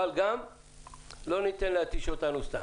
אבל גם לא ניתן להתיש אותנו סתם.